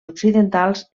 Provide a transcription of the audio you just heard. occidentals